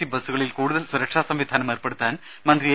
C ബസുകളിൽ കൂടുതൽ സുരക്ഷാ സംവിധാനം ഏർപ്പെടുത്താൻ മന്ത്രി എ